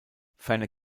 ferner